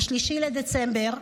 3 בדצמבר,